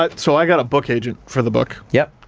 ah, so i got a book agent for the book, yep,